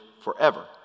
forever